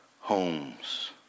homes